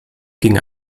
ging